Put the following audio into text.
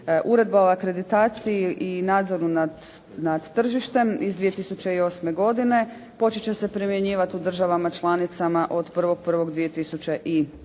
Uredba o akreditaciji i nadzoru nad tržištem iz 2008. godine počet će se primjenjivati u državama članicama od 1.1.2010.